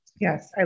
Yes